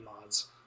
mods